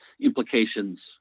implications